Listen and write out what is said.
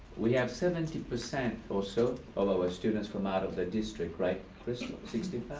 we have seventy percent or so of our students from out of the district, right? sixty